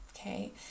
okay